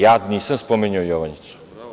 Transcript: Ja nisam spominjao „Jovanjicu“